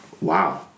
Wow